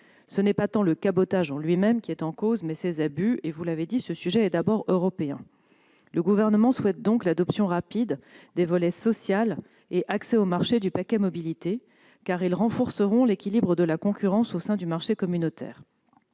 Ce n'est pas tant le cabotage en lui-même qui est en cause que ses abus et- vous l'avez dit -ce sujet est d'abord européen. Le Gouvernement souhaite donc l'adoption rapide des volets « social » et « accès au marché » du paquet mobilité, car ils renforceront l'équilibre de la concurrence au sein du marché communautaire.